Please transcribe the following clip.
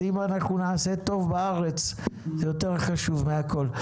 אז אם אנחנו נעשה טוב בארץ, זה יותר חשוב מהכול.